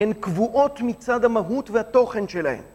הן קבועות מצד המהות והתוכן שלהן.